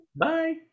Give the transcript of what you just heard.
Bye